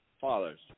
fathers